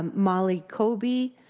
um molly kobe,